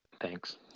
Thanks